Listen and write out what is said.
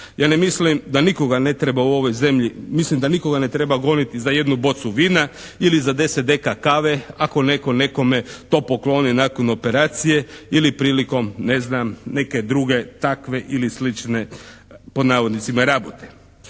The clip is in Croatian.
mislim da nikoga ne treba goniti za jednu bocu vina ili za 10 dkg kave ako netko nekome to pokloni nakon operacije ili prilikom ne znam neke druge takve ili slične, pod navodnicima, "rabote".